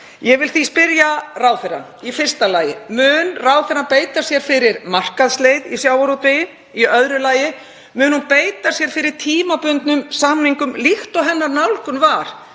Ég vil því spyrja í fyrsta lagi: Mun ráðherra beita sér fyrir markaðsleið í sjávarútvegi? Í öðru lagi: Mun hún beita sér fyrir tímabundnum samningum líkt og hennar nálgun var